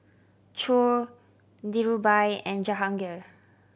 Choor Dhirubhai and Jahangir